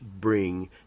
bring